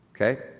okay